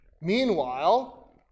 Meanwhile